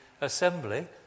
assembly